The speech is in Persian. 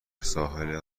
ساحل